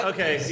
Okay